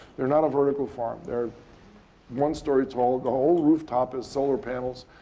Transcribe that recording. they're not a vertical farm. they're one-story tall. the whole rooftop is solar panels.